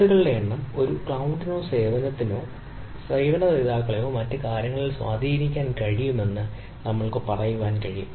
കേസുകളുടെ എണ്ണം ഒരു ക്ലൌഡിനോ സേവനത്തിനോ ക്ലൌഡ് സേവനത്തെയോ സേവന ദാതാക്കളെയോ മറ്റ് കാര്യങ്ങളിൽ സ്വാധീനിക്കാൻ കഴിയുമെന്ന് നമ്മൾക്ക് പറയാൻ കഴിയും